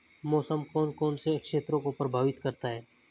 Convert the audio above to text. मौसम कौन कौन से क्षेत्रों को प्रभावित करता है?